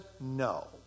no